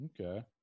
Okay